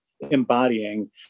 embodying